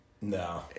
No